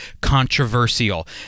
controversial